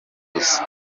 gusa